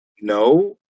no